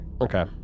Okay